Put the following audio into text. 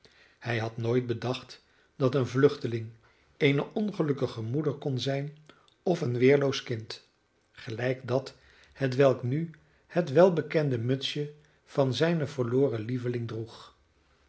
hij had nooit bedacht dat een vluchteling eene ongelukkige moeder kon zijn of een weerloos kind gelijk dat hetwelk nu het welbekende mutsje van zijnen verloren lieveling droeg